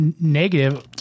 negative